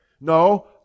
No